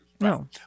No